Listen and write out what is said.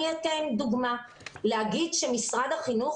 אני אתן דוגמה כמו להגיד שמשרד החינוך